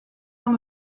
dans